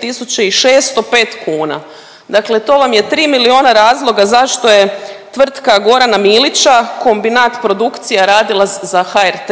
tisuća i 605 kuna, dakle to vam je 3 miliona razloga zašto je tvrtka Gorana Milića Kombinat produkcija radila za HRT,